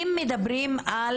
אם מדברים על